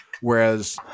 Whereas